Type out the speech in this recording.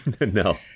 no